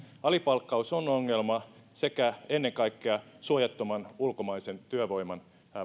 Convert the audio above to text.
alipalkkaus on ongelma ja ennen kaikkea suojattoman ulkomaisen työvoiman